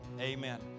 amen